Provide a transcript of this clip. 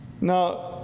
Now